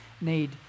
need